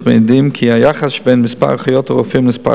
מעידים כי היחס שבין מספר האחיות והרופאים למספר